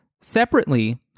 Separately